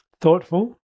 Thoughtful